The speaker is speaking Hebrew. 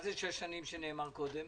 מה זה שש השנים שנאמרו קודם?